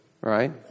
Right